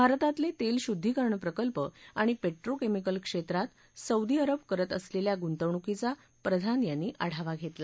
भारतातले तेल शुद्धीकरण प्रकल्प आणि पेट्रोकेमिकल क्षेत्रात सौदी अरब करत असलेल्या गुंतवणूकीचा प्रधान यांनी आढावा घेतला